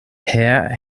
herr